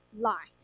light